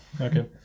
okay